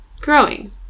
growing